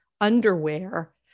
underwear